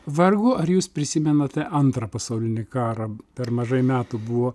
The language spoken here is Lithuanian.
vargu ar jūs prisimenate antrą pasaulinį karą per mažai metų buvo